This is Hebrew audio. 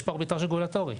יש פה ארביטראז' רגולטורי.